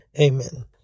Amen